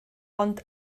ond